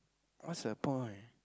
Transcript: what's the point